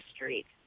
Street